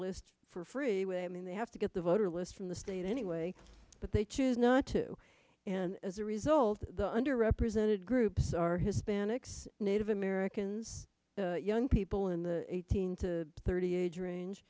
list for free when i mean they have to get the voter lists from the state anyway but they choose not to and as a result the under represented groups are hispanics native americans young people in the eighteen to thirty age